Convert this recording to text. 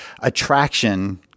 attraction